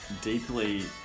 deeply